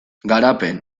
garapen